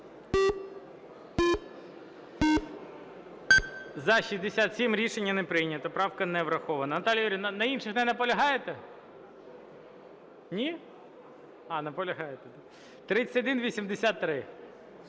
За-67 Рішення не прийнято. Правка не врахована. Наталія Юріївна, на інших не наполягаєте? Ні? А, наполягаєте. 3183.